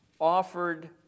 offered